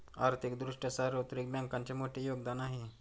आर्थिक दृष्ट्या सार्वत्रिक बँकांचे मोठे योगदान आहे